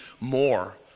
more